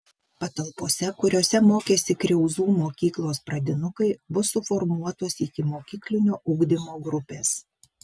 patalpose kuriose mokėsi kriauzų mokyklos pradinukai bus suformuotos ikimokyklinio ugdymo grupės